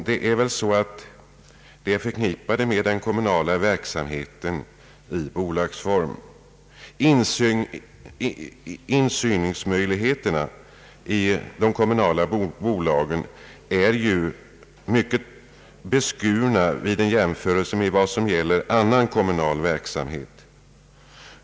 Det är väl så att de är förknippade med den kommunala verksamheten i bolagsform. Insynsmöjligheterna i de kommunala bolagen är ju mycket beskurna vid en jämförelse med vad som gäller annan kommunal verksamhet.